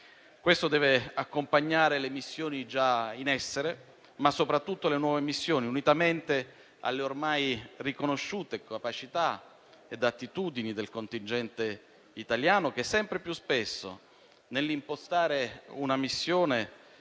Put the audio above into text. Questo deve accompagnare le missioni già in essere, ma soprattutto quelle nuove, unitamente alle ormai riconosciute capacità e attitudini del contingente italiano, che sempre più spesso, nell'impostare una missione,